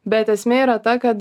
bet esmė yra ta kad